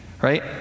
right